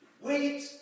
wait